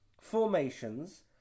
formations